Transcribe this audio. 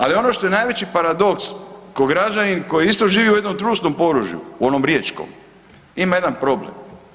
Ali ono što je najveći paradoks kao građanin koji isto živi u jednom trusnom području, onom riječkom ima jedan problem.